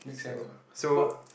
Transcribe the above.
make sense ah but